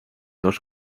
dos